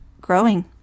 growing